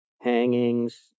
hangings